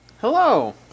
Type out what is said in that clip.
Hello